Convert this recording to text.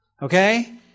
Okay